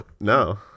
No